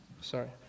Sorry